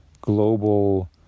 global